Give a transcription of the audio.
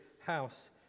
house